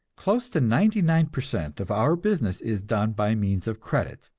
close to ninety nine percent of our business is done by means of credit,